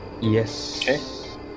Yes